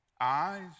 Eyes